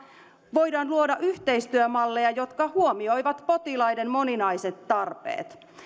voidaan luoda yhteistyömalleja jotka huomioivat potilaiden moninaiset tarpeet